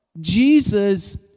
Jesus